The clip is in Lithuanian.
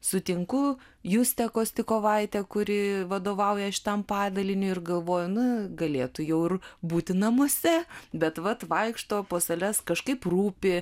sutinku justę kostikovaitę kuri vadovauja šitam padaliniui ir galvoju na galėtų jau ir būti namuose bet vat vaikšto po sales kažkaip rūpi